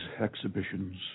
exhibitions